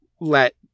let